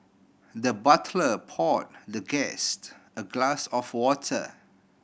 the butler poured the guest a glass of water